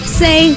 say